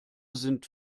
sind